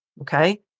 okay